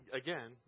again